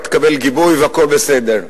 אתה תקבל גיבוי והכול בסדר.